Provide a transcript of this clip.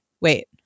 Wait